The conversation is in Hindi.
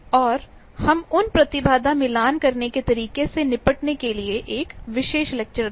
और हम उन प्रतिबाधा मिलान करने के तरीके से निपटने के लिए विशेष लेक्चर देंगे